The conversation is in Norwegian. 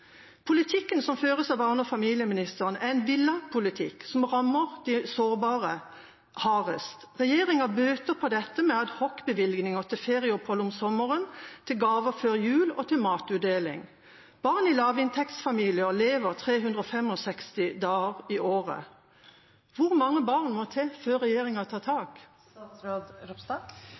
Politikken som føres av barne- og familieministeren, er en villet politikk som rammer de sårbare hardest. Regjeringa bøter på dette med adhocbevilgninger til ferieopphold om sommeren, gaver før jul og matutdeling. Barn i lavinntektsfamilier lever 365 dager i året. Hvor mange barn må til før regjeringa tar tak?